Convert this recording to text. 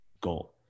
goal